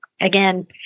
again